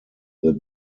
that